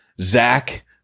Zach